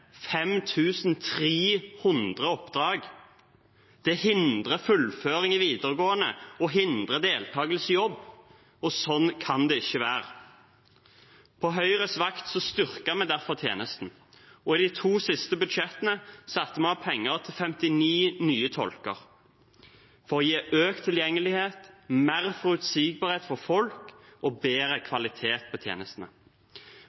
oppdrag. Det hindrer fullføring i videregående og hindrer deltakelse i jobb. Sånn kan det ikke være. På Høyres vakt styrket vi derfor tjenesten, og i de to siste budsjettene satte vi av penger til 59 nye tolker for å gi økt tilgjengelighet, mer forutsigbarhet for folk og bedre